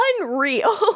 Unreal